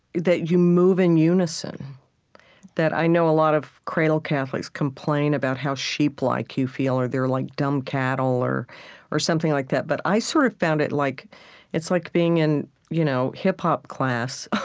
that you move in unison that i know a lot of cradle catholics complain about how sheep-like you feel, or they're like dumb cattle, or or something like that. but i sort of found it like it's like being in you know hip-hop class.